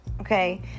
okay